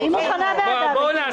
גפני,